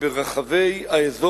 ביהודה ושומרון מסרה כי ברחבי האזור